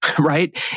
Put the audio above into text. Right